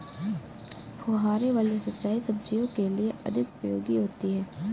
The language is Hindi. फुहारे वाली सिंचाई सब्जियों के लिए अधिक उपयोगी होती है?